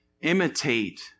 Imitate